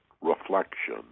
reflection